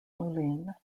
moulin